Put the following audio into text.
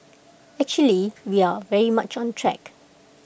actually we are very much on track